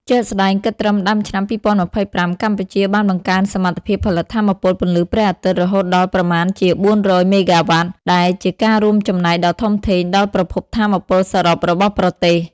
ជាក់ស្តែង គិតត្រឹមដើមឆ្នាំ២០២៥ កម្ពុជាបានបង្កើនសមត្ថភាពផលិតថាមពលពន្លឺព្រះអាទិត្យរហូតដល់ប្រមាណជា ៤០០ មេហ្គាវ៉ាត់ ដែលជាការរួមចំណែកដ៏ធំធេងដល់ប្រភពថាមពលសរុបរបស់ប្រទេស។